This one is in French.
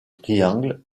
triangle